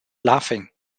laughing